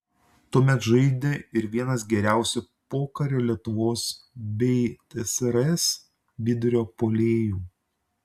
tuomet žaidė ir vienas geriausių pokario lietuvos bei tsrs vidurio puolėjų